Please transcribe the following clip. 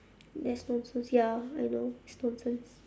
nonsense ya I know it's nonsense